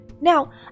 Now